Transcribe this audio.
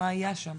מה היה שם?